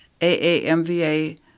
AAMVA